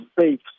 safe